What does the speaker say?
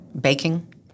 baking